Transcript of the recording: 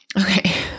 Okay